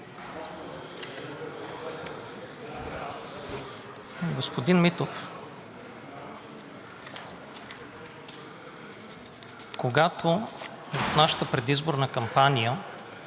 Господин Митов, когато в нашата предизборна кампания